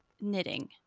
Knitting